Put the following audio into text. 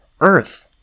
earth